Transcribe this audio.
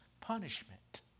punishment